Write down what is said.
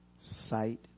sight